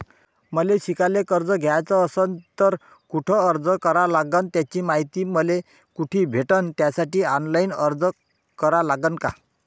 मले शिकायले कर्ज घ्याच असन तर कुठ अर्ज करा लागन त्याची मायती मले कुठी भेटन त्यासाठी ऑनलाईन अर्ज करा लागन का?